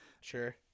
Sure